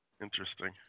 Interesting